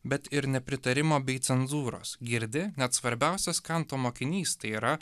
bet ir nepritarimo bei cenzūros girdi net svarbiausias kanto mokinys tai yra